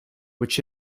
which